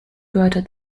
gehörte